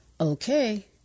okay